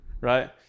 right